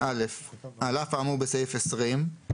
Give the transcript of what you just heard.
על אף האמור בסעיף 20,